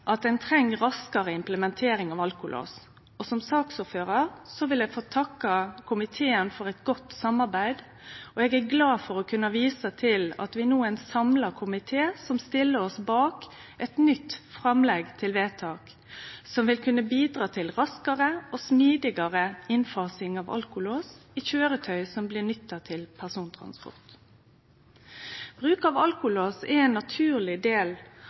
at ein treng raskare implementering av alkolås. Som saksordførar vil eg få takke komiteen for eit godt samarbeid, og eg er glad for å kunne vise til at vi no er ein samla komité som stiller oss bak eit nytt framlegg til vedtak som vil kunne bidra til raskare og smidigare innfasing av alkolås i køyretøy som blir nytta til persontransport. Bruk av alkolås er ein naturleg del